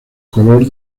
color